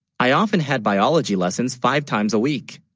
i often had biology lessons five times a week?